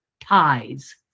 ties